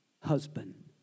husband